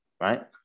right